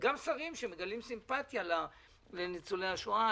וזה אמור גם לגבי שרים שמגלים סימפטיה לניצולי השואה,